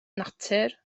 natur